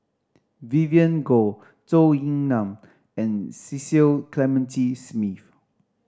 Vivien Goh Zhou Ying Nan and Cecil Clementi Smith